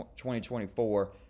2024